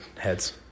heads